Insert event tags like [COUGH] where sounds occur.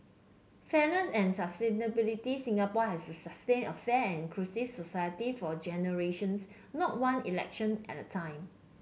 fairness and sustainability Singapore has to sustain a [UNINTELLIGIBLE] inclusive society for generations not one election at a time